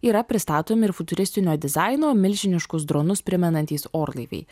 yra pristatomi ir futuristinio dizaino milžiniškus dronus primenantys orlaiviai